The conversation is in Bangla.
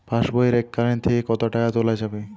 পাশবই এককালীন থেকে কত টাকা তোলা যাবে?